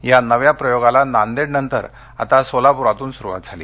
या नव्या प्रयोगाला नांदेडनंतर आता सोलापुरातून सुरवात झाली